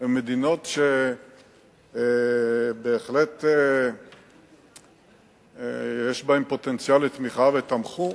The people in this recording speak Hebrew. מדינות שבהחלט יש בהן פוטנציאל לתמיכה, ותמכו,